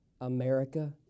America